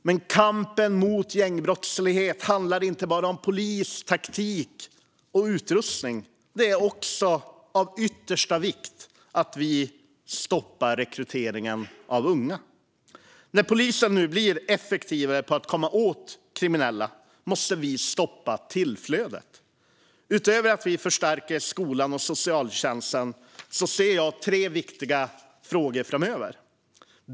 Men kampen mot gängbrottslighet handlar inte bara om polis, taktik och utrustning. Det är också av yttersta vikt att vi stoppar rekryteringen av unga. När polisen nu blir effektivare när det gäller att komma åt kriminella måste vi stoppa tillflödet. Utöver att vi förstärker skolan och socialtjänsten ser jag tre viktiga frågor framöver.